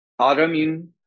Autoimmune